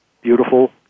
beautiful